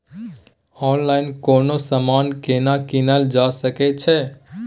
Online कोनो समान केना कीनल जा सकै छै?